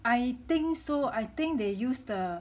I think so I think they use the